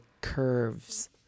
curves